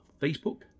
Facebook